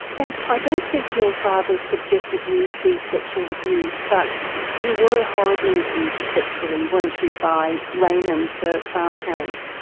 and i don't think your father subjected you to sexual abuse but you were horribly abused sexually, weren't you, by raymond, the farm hand.